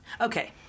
Okay